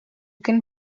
can